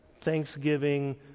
thanksgiving